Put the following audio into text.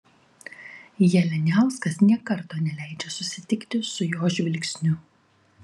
jalianiauskas nė karto neleidžia susitikti su jo žvilgsniu